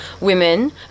women